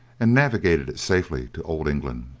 and navigated it safely to old england.